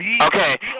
Okay